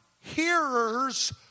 hearers